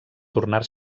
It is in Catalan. tornar